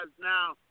now